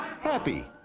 happy